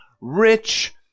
rich